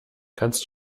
kannst